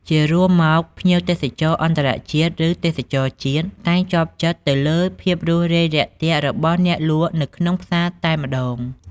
ជារួមមក ភ្ញៀវទេសចរអន្តរជាតិឬទេសចរជាតិ តែងជាប់ចិត្តទៅលើភាពរួសរាយរាក់ទាក់របស់អ្នកលក់នៅក្នុងផ្សារតែម្តង។